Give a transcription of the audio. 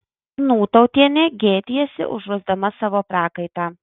nūtautienė gėdijasi užuosdama savo prakaitą